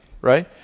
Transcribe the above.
right